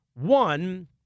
One